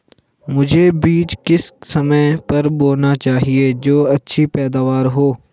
मुझे बीज किस समय पर बोना चाहिए जो अच्छी पैदावार हो?